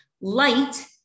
Light